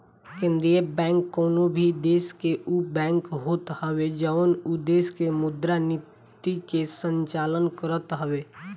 केंद्रीय बैंक कवनो भी देस के उ बैंक होत हवे जवन उ देस के मुद्रा नीति के संचालन करत हवे